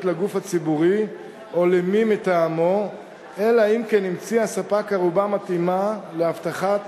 לגוף ציבורי או למי מטעמו אלא אם כן המציא הספק ערובה מתאימה להבטחת